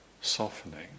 softening